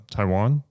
Taiwan